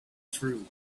through